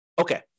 Okay